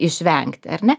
išvengti ar ne